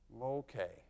Okay